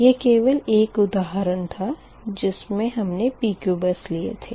यह केवल एक उदाहरण था जिसमें हमने PQ बस लिए थे